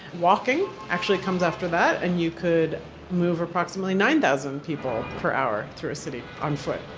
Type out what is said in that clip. walking, actually comes after that and you could move approximately nine thousand people per hour through a city on foot.